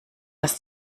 dass